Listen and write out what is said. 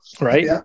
right